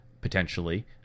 potentially